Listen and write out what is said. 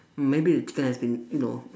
maybe the chicken has been you know